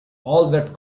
albert